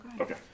Okay